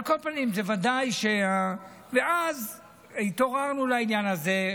על כל פנים, זה ודאי, ואז התעוררנו לעניין הזה.